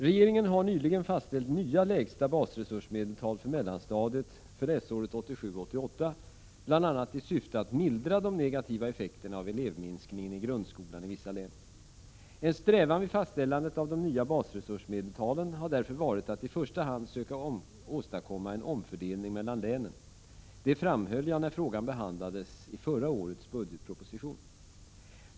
Regeringen har nyligen fastställt nya lägsta basresursmedeltal för mellanstadiet avseende läsåret 1987/88 bl.a. i syfte att mildra de negativa effekterna av elevminskningen i grundskolan i vissa län. En strävan vid fastställandet av de nya basresursmedeltalen har därför varit att i första hand söka åstadkomma en omfördelning mellan länen. Detta framhöll jag när frågan behandlades i förra årets budgetproposition.